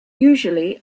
usually